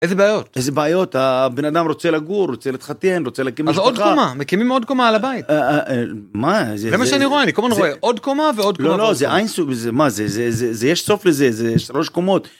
איזה בעיות? איזה בעיות הבנאדם רוצה לגור, רוצה להתחתן, רוצה להקים משפחה, אז מקימים עוד קומה על הבית, זה מה שאני רואה עוד קומה ועוד קומה זה מה זה זה זה זה יש סוף לזה זה יש 3 קומות.